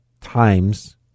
times